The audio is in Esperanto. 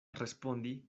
respondi